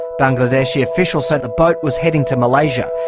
bangladeshi officials say the boat was heading to malaysia.